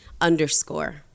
underscore